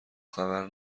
خبر